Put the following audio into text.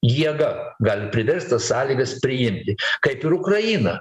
jėga gali priversti sąlygas priimti kaip ir ukraina